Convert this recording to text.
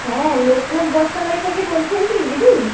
হ্যাঁ লোকনাথ বস্ত্রালয় থেকে বলছেন কি দিদি